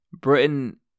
Britain